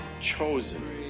chosen